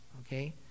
Okay